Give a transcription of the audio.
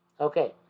Okay